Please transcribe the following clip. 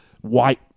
white